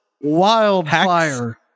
Wildfire